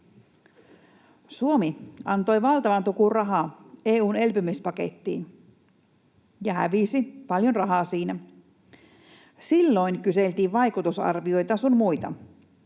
Suomi antoi valtavan tukun rahaa EU:n elpymispakettiin ja hävisi paljon rahaa siinä. Silloin kyseltiin vaikutusarvioita sun muita.